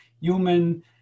human